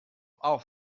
all